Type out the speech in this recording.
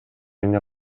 эмне